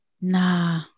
nah